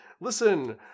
listen